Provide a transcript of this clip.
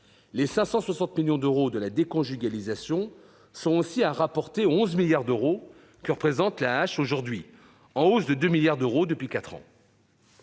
Les 560 millions d'euros de la déconjugalisation sont ainsi à rapporter aux 11 milliards d'euros que représente l'AAH aujourd'hui, en hausse de 2 milliards d'euros depuis quatre